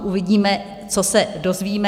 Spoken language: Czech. Uvidíme, co se dozvíme.